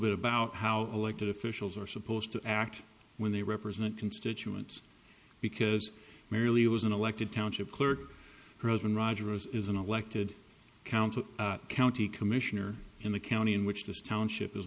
bit about how elected officials are supposed to act when they represent constituents because merely was an elected township clerk roseman rogers is an elected council county commissioner in the county in which this township is